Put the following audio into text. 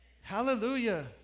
Hallelujah